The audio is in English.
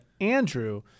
Andrew